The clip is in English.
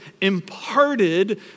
imparted